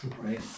right